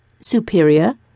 superior